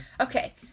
Okay